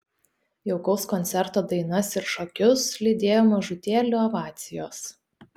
jaukaus koncerto dainas ir šokius lydėjo mažutėlių ovacijos